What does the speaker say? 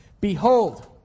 Behold